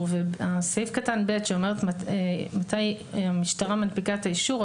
וסעיף קטן (ב) שאומר מתי המשטרה מנפיקה את האישור,